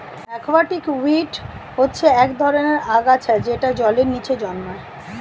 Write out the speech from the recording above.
aquatic weed হচ্ছে এক ধরনের আগাছা যেটা জলের নিচে জন্মায়